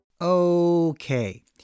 Okay